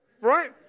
right